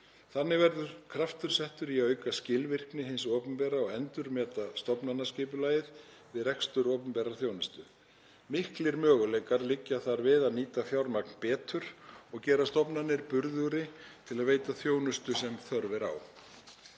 Þannig verður kraftur settur í að auka skilvirkni hins opinbera og endurmeta stofnanaskipulagið við rekstur opinberrar þjónustu. Miklir möguleikar liggja þar við að nýta fjármagn betur og gera stofnanir burðugri til að veita þjónustu sem þörf er á.